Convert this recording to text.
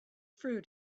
fruit